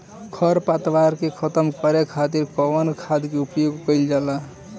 खर पतवार के खतम करे खातिर कवन खाद के उपयोग करल जाई?